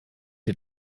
dir